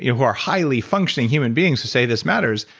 yeah who are highly functioning human beings to say this matters,